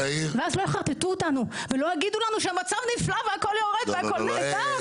ואז לא יחרטטו אותנו ויגידו לנו שהמצב נפלא והכל יורד והכל נהדר,